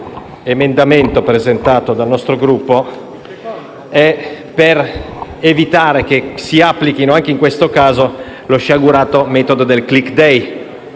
l'emendamento presentato dal nostro Gruppo serve a evitare che si applichi anche in questo caso lo sciagurato metodo del *click day*.